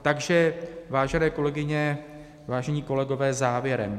Takže vážené kolegyně, vážení kolegové, závěrem.